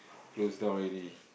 close down already